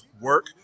work